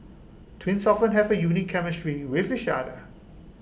twins often have A unique chemistry with each other